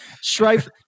Strife